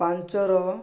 ପାଞ୍ଚର